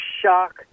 shock